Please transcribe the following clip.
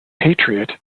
patriot